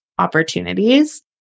opportunities